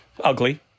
Ugly